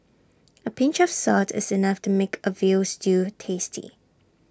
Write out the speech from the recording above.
A pinch of salt is enough to make A Veal Stew tasty